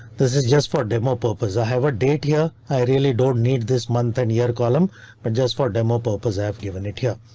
this is just for demo purpose. i have a date here. i really don't need this month and year column but just for demo purpose i've given it here.